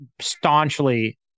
staunchly